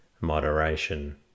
moderation